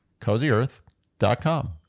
CozyEarth.com